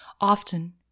Often